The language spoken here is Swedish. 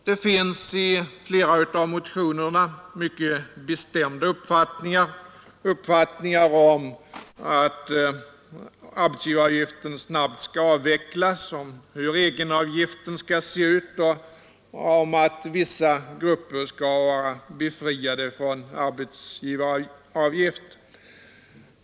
Det finns i flera av motionerna mycket bestämda uppfattningar om att arbetsgivaravgiften snabbt skall avvecklas, om hur egenavgiften skall se ut och om att vissa grupper skall vara befriade från arbetsgivaravgift.